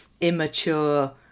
immature